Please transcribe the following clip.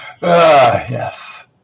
Yes